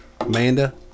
Amanda